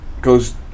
goes